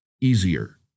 easier